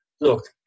look